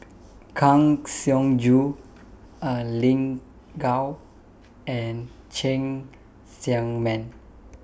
Kang Siong Joo Lin Gao and Cheng Tsang Man